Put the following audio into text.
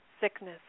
sickness